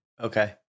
Okay